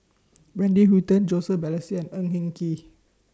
Wendy Hutton Joseph Balestier and Ng Eng Kee